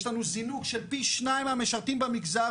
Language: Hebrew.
יש לנו זינוק של פי שניים מהמשרתים במגזר,